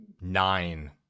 nine